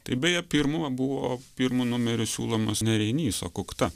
tai beje pirmu buvo pirmu numeriu siūlomas ne reinys o kokta